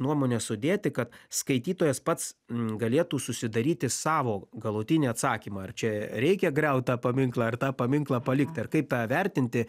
nuomones sudėti kad skaitytojas pats galėtų susidaryti savo galutinį atsakymą ar čia reikia griaut tą paminklą ar tą paminklą palikti ar kaip tą vertinti